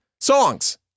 Songs